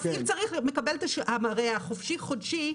הרי החופשי-חודשי,